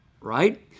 right